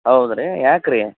ಹೌದು ರೀ ಯಾಕೆ ರೀ